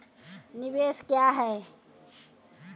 निवेश क्या है?